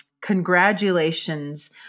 Congratulations